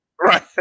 Right